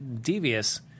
devious